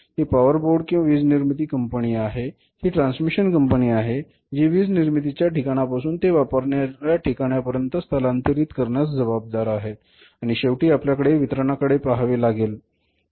ही power board किंवा वीज निर्मिती कंपनी आहे ही ट्रान्समिशन कंपनी आहे जी वीज निर्मितीच्या ठिकाणापासून ते वापरण्याच्या ठिकाणा पर्यंत स्थानांतरित करण्यास जबाबदार आहे आणि शेवटी आपल्याला वितरणा कडे पाहावे लागेल